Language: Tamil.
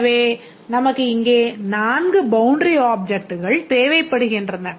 எனவே நமக்கு இங்கே 4 பவுண்டரி ஆப்ஜெக்ட்கள் தேவைப்படுகின்றன